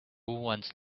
wants